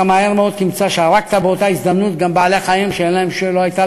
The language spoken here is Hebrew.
אתה מהר מאוד תמצא שהרגת באותה הזדמנות גם בעלי-חיים שלא הייתה